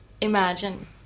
imagine